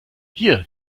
hier